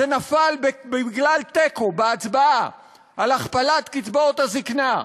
זה נפל בגלל תיקו בהצבעה על הכפלת קצבאות הזיקנה.